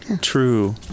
True